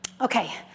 Okay